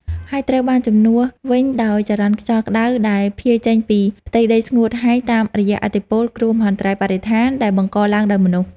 ហើយត្រូវបានជំនួសវិញដោយចរន្តខ្យល់ក្ដៅដែលភាយចេញពីផ្ទៃដីស្ងួតហែងតាមរយៈឥទ្ធិពល គ្រោះមហន្តរាយបរិស្ថានដែលបង្កឡើងដោយមនុស្ស។